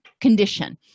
condition